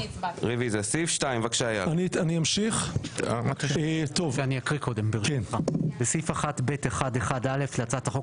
סעיף 2. בסעיף 1(ב1)(1)(א) להצעת החוק